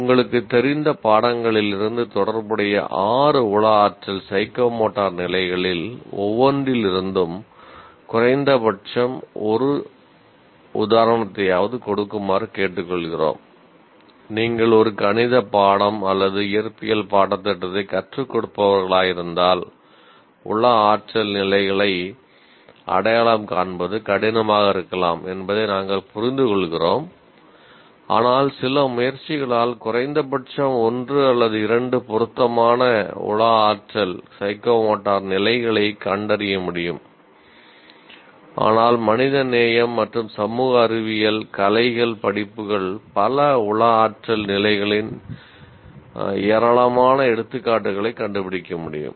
உங்களுக்குத் தெரிந்த பாடங்களிலிருந்து தொடர்புடைய ஆறு உள ஆற்றல் நிலைகளின் ஏராளமான எடுத்துக்காட்டுகளைக் கண்டுபிடிக்க முடியும்